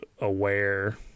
aware